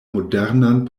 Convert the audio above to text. modernan